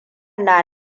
na